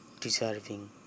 deserving